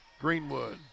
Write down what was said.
Greenwood